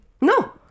no